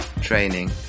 training